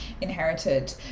inherited